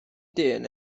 dyn